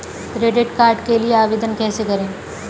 Credit card के लिए आवेदन कैसे करें?